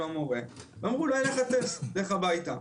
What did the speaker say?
המורה ואמרו לו אין לך טסט לך הביתה.